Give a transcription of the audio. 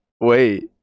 Wait